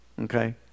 Okay